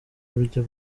buryo